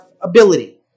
ability